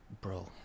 bro